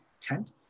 tent